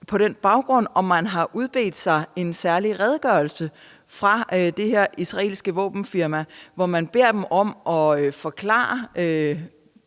forsvarsministeren, om man har udbedt sig en særlig redegørelse fra det her israelske våbenfirma, hvor man beder dem om at forklare